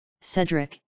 Cedric